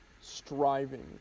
striving